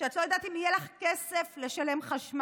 שאת לא יודעת אם יהיה לך כסף לשלם חשמל",